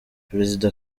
perezida